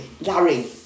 Larry